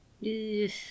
Yes